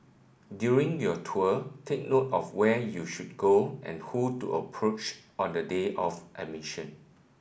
during your tour take note of where you should go and who to approach on the day of admission